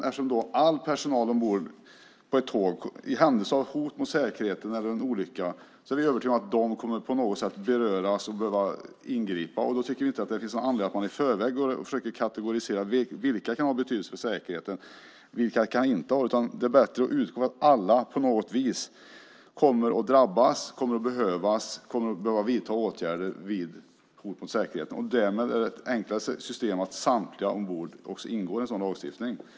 Vi är övertygade om att all personal ombord på ett tåg i händelse av hot mot säkerheten eller en olycka på något sätt kommer att beröras och behöva ingripa. Vi tycker inte att det finns anledning att man i förväg försöker kategorisera vilka som kan ha betydelse för säkerheten och vilka som inte kan ha det. Det är bättre att utgå från att alla på något vis kommer att drabbas och kommer att behöva vidta åtgärder vid hot mot säkerheten. Därmed är det enklaste systemet att samtliga ombord ingår i en sådan här lagstiftning.